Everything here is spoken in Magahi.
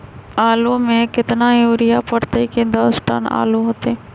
आलु म केतना यूरिया परतई की दस टन आलु होतई?